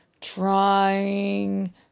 trying